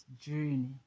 journey